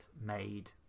made